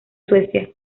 suecia